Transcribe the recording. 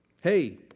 Hey